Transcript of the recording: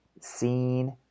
seen